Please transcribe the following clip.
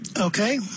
Okay